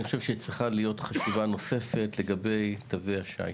אני חושב שצריכה להיות חשיבה נוספת לגבי תווי השי.